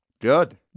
Good